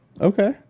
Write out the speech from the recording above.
Okay